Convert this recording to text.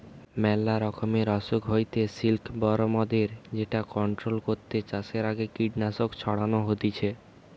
মেলা রকমের অসুখ হইতে সিল্কবরমদের যেটা কন্ট্রোল করতে চাষের আগে কীটনাশক ছড়ানো হতিছে